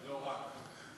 לא רק.